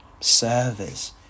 service